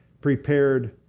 prepared